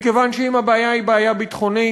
מכיוון שאם הבעיה היא בעיה ביטחונית,